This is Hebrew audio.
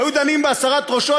היו דנים בהסרת ראשו,